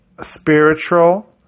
spiritual